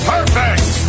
Perfect